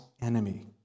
enemy